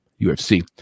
UFC